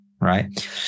right